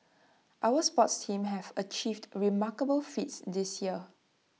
our sports teams have achieved remarkable feats this year